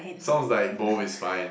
sounds like both is fine